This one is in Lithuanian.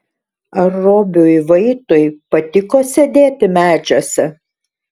ar robiui vaitui patiko sėdėti medžiuose